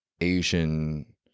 Asian